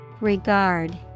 Regard